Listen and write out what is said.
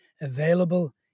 available